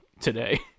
today